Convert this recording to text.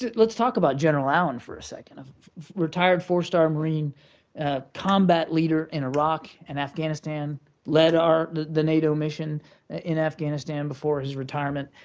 let's talk about general allen for a second a retired four-star marine combat leader in iraq and afghanistan led our the nato mission in afghanistan before his retirement.